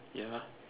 ya